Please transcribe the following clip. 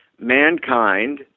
mankind